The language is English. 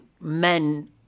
men